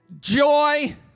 joy